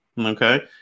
Okay